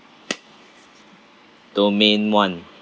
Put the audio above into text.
domain one